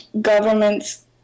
governments